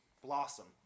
blossom